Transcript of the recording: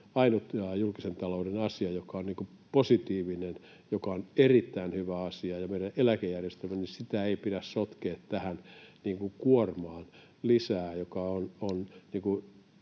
ainut julkisen talouden asia, joka on positiivinen, joka on erittäin hyvä asia, on meidän eläkejärjestelmä, ja sitä ei pidä sotkea tähän kuormaan lisää, sillä